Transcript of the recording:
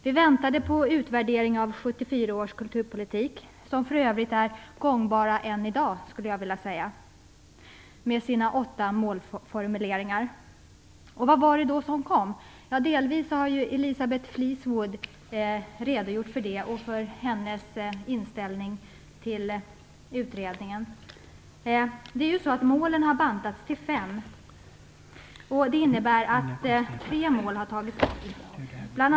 Vi väntade på en utvärdering av 74 års kulturpolitik, som för övrigt med sina åtta målformuleringar är gångbar än i dag, skulle jag vilja säga. Vad var det som kom? Delvis har Elisabeth Fleetwood redogjort för det och för sin inställning till utredningen. Målen har bantats till fem. Det innebär att tre mål har tagits bort.